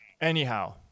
Anyhow